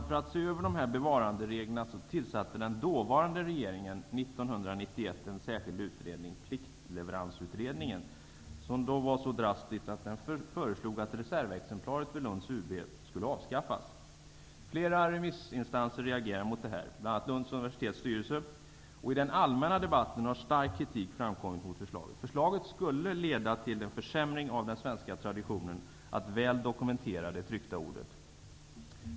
För att se över bevarandereglerna tillsatte den förra regeringen 1991 en särskild utredning, Pliktleveransutredningen, som lade fram det drastiska förslaget att reservexemplaret vid universitetsbiblioteket i Lund skulle avskaffas. Flera remissinstanser reagerade mot detta, bl.a. I den allmänna debatten har stark kritik framkommit mot förslaget. Förslaget skulle leda till en försämring av den svenska traditionen att väl dokumentera det tryckta ordet.